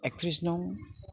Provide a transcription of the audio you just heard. एकथ्रिस नं